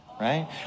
right